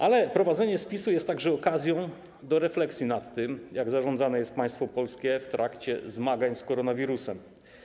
Ale prowadzenie spisu jest także okazją do refleksji nad tym, jak zarządzane jest państwo polskie w trakcie zmagań z koronawirusem.